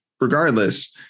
regardless